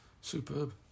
superb